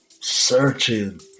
searching